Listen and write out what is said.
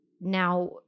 now